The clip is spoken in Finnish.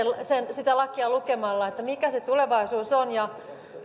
sitä lakia lukemalla mikä se tulevaisuus on ja